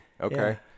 Okay